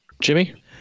Jimmy